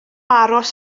aros